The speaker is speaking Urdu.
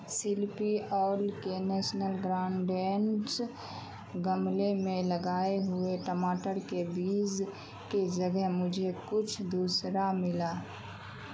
سلپی آل کے نیشنل گرانڈینڈس گملے میں لگائے ہوئے ٹماٹر کے بیج کی جگہ مجھے کچھ دوسرا ملا